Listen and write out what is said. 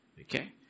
Okay